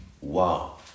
Wow